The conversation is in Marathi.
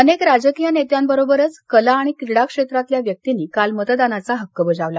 अनेक राजकीय नेत्यांबरोबरच कला आणि क्रीडा क्षेत्रातल्या व्यक्तींनी काल मतदानाचा हक्क बजावला